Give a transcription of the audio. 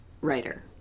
writer